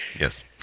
Yes